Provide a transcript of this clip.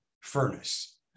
furnace